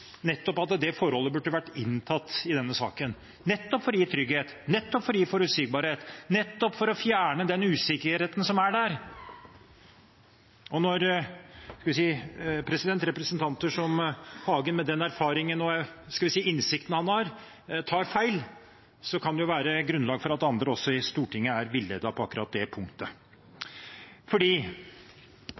at det forholdet burde vært inntatt i denne saken, nettopp for å gi trygghet, nettopp for å gi forutsigbarhet, nettopp for å fjerne den usikkerheten som er der. Og når representanter som Hagen, med den erfaringen og innsikten han har, tar feil, kan det være grunnlag for at andre i Stortinget også er villedet akkurat på det punktet.